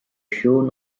shown